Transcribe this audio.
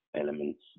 elements